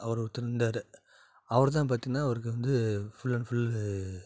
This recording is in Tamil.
அவர் ஒருத்தர் இருந்தார் அவர் தான் பார்த்திங்கன்னா அவருக்கு வந்து ஃபுல் அண்ட் ஃபுல்லு